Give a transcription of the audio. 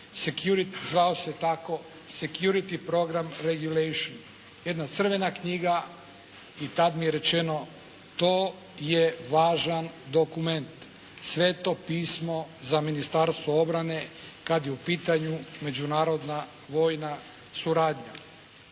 zvao se tako «security program regulation», jedna crvena knjiga i tad mi je rečeno: «To je važan dokument». Sveto Pismo za Ministarstvo obrane kad je u pitanju međunarodna vojna suradnja.